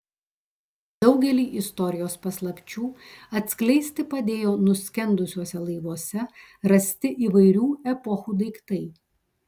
daugelį istorijos paslapčių atskleisti padėjo nuskendusiuose laivuose rasti įvairių epochų daiktai